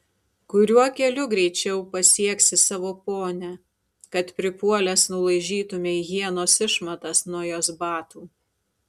kuriuo keliu greičiau pasieksi savo ponią kad pripuolęs nulaižytumei hienos išmatas nuo jos batų